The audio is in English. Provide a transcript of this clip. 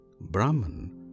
Brahman